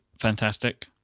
fantastic